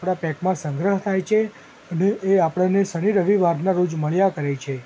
આપણા પૅકમાં સંગ્રહ થાય છે અને એ આપણને શનિ રવિવારના રોજ મળ્યા કરે છે